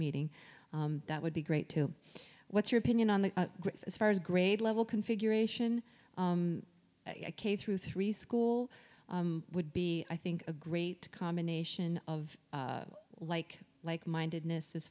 meeting that would be great too what's your opinion on that as far as grade level configuration a k through three school would be i think a great combination of like like mindedness as